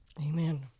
Amen